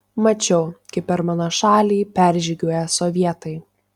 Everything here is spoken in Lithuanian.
mačiau kaip per mano šalį peržygiuoja sovietai